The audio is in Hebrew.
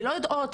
ולא יודעות,